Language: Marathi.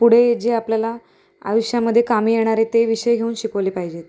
पुढे जे आपल्याला आयुष्यामध्ये कामी येणार आहे ते विषय घेऊन शिकवले पाहिजेत